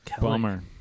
Bummer